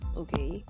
okay